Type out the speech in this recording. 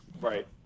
Right